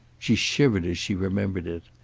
she shivered as she remembered it.